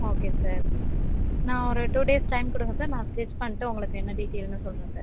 okay sir நான் ஒரு two days time கொடுங்க சார் நான் ஸ்டிச் பண்ணிட்டு உங்களுக்கு என்ன டீட்டெய்ல்னு சொல்கிறேன் சார்